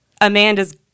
amanda's